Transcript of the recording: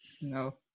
no